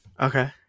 Okay